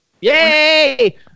Yay